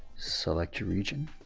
select your region.